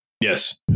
Yes